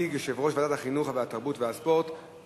ותיכנס לספר החוקים של מדינת ישראל.